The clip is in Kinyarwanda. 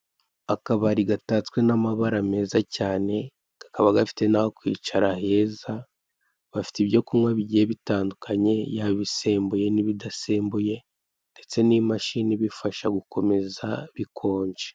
Akabari gatatswe n'amabara meza cyane, kakaba gafite n'aho kwicara heza. Bafite ibyo kunywa bigiye bitandukanye, yaba ibisembuye cyangwa ibidasembuye, ndetse n'imashini ibifasha gukomeza bikonje.